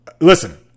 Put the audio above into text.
Listen